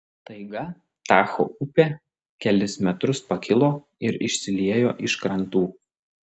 staiga tacho upė kelis metrus pakilo ir išsiliejo iš krantų